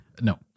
No